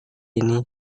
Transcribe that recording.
ini